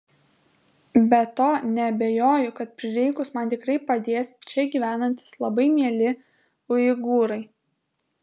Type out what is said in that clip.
be to neabejoju kad prireikus man tikrai padės čia gyvenantys labai mieli uigūrai